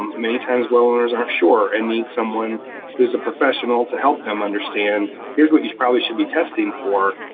many times well owners aren't sure and need someone who's a professional to help them understand, here's what you probably should be testing for.